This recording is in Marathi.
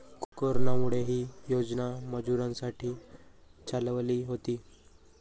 कोरोनामुळे, ही योजना मजुरांसाठी चालवली होती